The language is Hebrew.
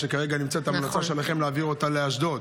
-- שכרגע נמצאת המלצה שלכם להעביר אותה לאשדוד.